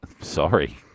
Sorry